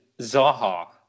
Zaha